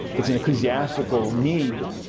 it's an ecclesiastical need.